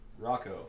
Rocco